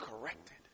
corrected